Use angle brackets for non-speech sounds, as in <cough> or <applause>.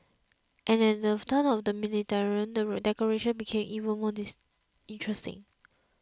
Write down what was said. and at the turn of the millennium the decorations became <unintelligible> more interesting